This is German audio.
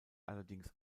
allerdings